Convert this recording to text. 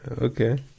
Okay